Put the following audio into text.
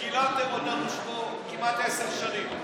שקיללתם אותנו פה כמעט עשר שנים.